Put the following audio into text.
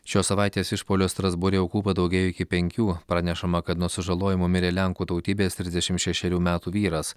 šios savaitės išpuolio strasbūre aukų padaugėjo iki penkių pranešama kad nuo sužalojimų mirė lenkų tautybės trisdešim šešrių metų vyras